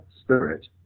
spirit